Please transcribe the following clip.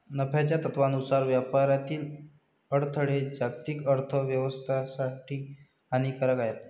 नफ्याच्या तत्त्वानुसार व्यापारातील अडथळे जागतिक अर्थ व्यवस्थेसाठी हानिकारक आहेत